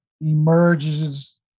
emerges